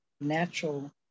natural